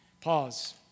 Pause